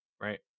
right